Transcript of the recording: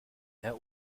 herr